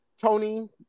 Tony